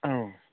औ